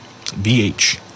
VH